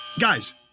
Guys